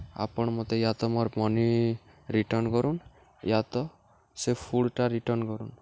ଆପଣ୍ ମତେ ୟା ତ ମର୍ ମନି ରିଟର୍ଣ୍ଣ୍ କରୁନ୍ ୟା ତ ସେ ଫୁଡ଼୍ଟା ରିଟର୍ଣ୍ଣ୍ କରୁନ୍